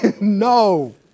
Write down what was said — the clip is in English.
No